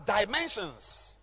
dimensions